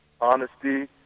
honesty